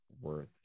worth